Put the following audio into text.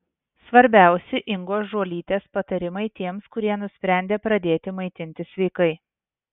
svarbiausi ingos žuolytės patarimai tiems kurie nusprendė pradėti maitintis sveikai